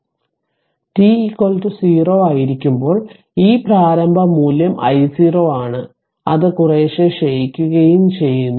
അതിനാൽ t 0 ആയിരിക്കുമ്പോൾ ഈ പ്രാരംഭ മൂല്യം I0 ആണ് അത് കുറേശ്ശേ ക്ഷയിക്കുകയും ചെയ്യുന്നു